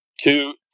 two